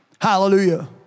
Hallelujah